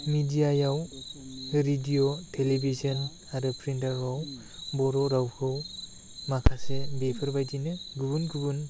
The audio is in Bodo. मेदियायाव रेडिअ टेलिभिजन आरो प्रिन्टाराव बर' रावखौ माखासे बेफोर बायदिनो गुबुन गुबुन